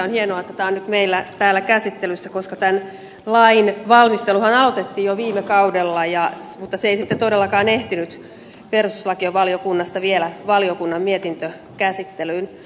on hienoa että tämä on nyt meillä täällä käsittelyssä koska tämän lain valmisteluhan aloitettiin jo viime kaudella mutta se ei sitten todellakaan ehtinyt perustuslakivaliokunnasta vielä valiokunnan mietintökäsittelyyn